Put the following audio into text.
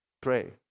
pray